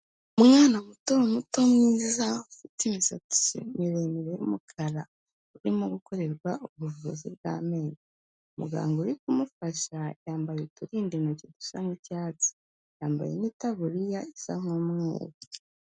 Umwana muto muto mwiza ufite imisatsi miremire y'umukara urimo gukorerwa ubuvuzi bw'amenyo, muganga uri kumufasha yambaye uturindantoki dusa nk'icyatsi yambaye n'itaburiya isa nk'umweru.